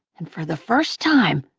and for the first time,